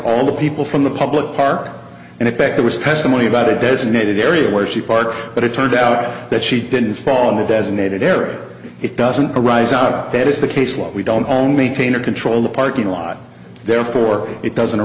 all the people from the public park and effect there was testimony about a designated area where she parked but it turned out that she didn't fall in the designated area it doesn't arise out that is the case what we don't only kaner control the parking lot therefore it doesn't a